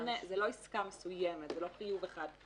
זה לא עסקה מסוימת, זה לא חיוב אחד.